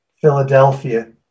Philadelphia